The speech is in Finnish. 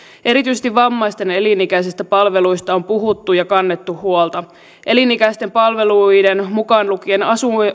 erityisesti vammaisten elinikäisistä palveluista on puhuttu ja kannettu huolta elinikäisten palveluiden mukaan lukien